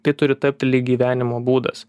tai turi tapti lyg gyvenimo būdas